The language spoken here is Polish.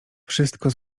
wszystko